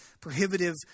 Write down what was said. prohibitive